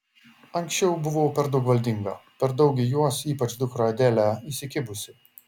anksčiau buvau per daug valdinga per daug į juos ypač dukrą adelę įsikibusi